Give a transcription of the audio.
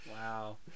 Wow